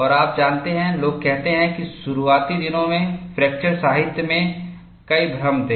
और आप जानते हैं लोग कहते हैं कि शुरुआती दिनों में फ्रैक्चर साहित्य में कई भ्रम थे